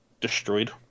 destroyed